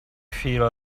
feel